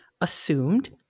assumed